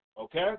okay